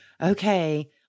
okay